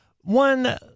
one